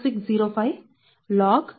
4605log216